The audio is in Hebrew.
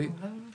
אולי